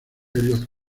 elliott